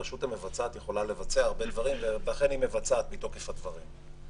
הרשות המבצעת יכולה לבצע הרבה דברים ואכן היא מבצעת מתוקף הדברים.